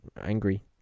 angry